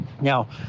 Now